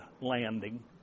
landing